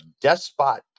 despot